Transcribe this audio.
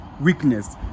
weakness